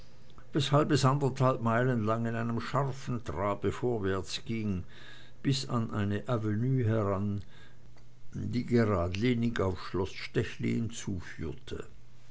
es anderthalb meilen lang in einem scharfen trabe vorwärts ging bis an eine avenue heran die geradlinig auf schloß stechlin zuführte